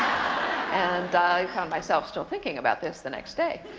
and i found myself still thinking about this the next day.